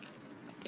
Student